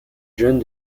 jeune